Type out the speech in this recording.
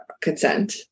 consent